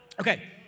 Okay